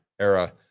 era